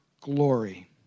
glory